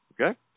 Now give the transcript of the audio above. Okay